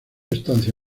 estancia